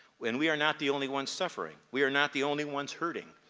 when we are not the only ones suffering, we are not the only ones hurting,